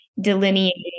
delineating